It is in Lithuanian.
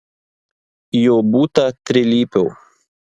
jo būta trilypio